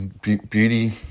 beauty